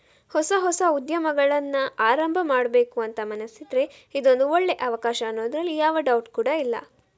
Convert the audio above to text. ಹೊಸ ಹೊಸ ಉದ್ಯಮಗಳನ್ನ ಆರಂಭ ಮಾಡ್ಬೇಕು ಅಂತ ಮನಸಿದ್ರೆ ಇದೊಂದು ಒಳ್ಳೇ ಅವಕಾಶ ಅನ್ನೋದ್ರಲ್ಲಿ ಯಾವ ಡೌಟ್ ಕೂಡಾ ಇಲ್ಲ